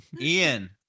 ian